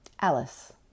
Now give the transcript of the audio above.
Alice